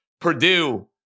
Purdue